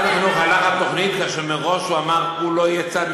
משרד החינוך הלך על תוכנית ומראש אמר שהוא לא יהיה צד,